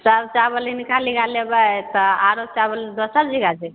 सब चावल हिनका लग लेबै तऽ आरो चावल दोसर जगह जेबै